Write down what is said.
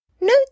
Note